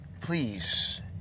please